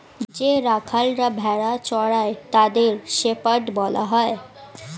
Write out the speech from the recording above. যে রাখালরা ভেড়া চড়ায় তাদের শেপার্ড বলা হয়